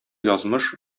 язмыш